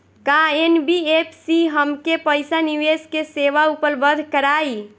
का एन.बी.एफ.सी हमके पईसा निवेश के सेवा उपलब्ध कराई?